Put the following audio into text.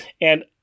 and-